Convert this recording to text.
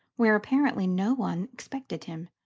where apparently no one expected him.